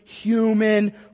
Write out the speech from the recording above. human